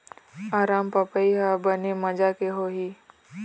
अरमपपई हर बने माजा के होही?